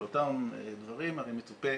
לאותם דברים הרי מצופה